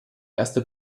erste